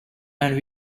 and